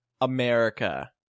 America